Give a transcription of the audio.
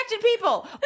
People